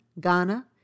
Ghana